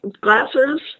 glasses